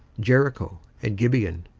jericho, and gibeon.